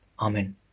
Amen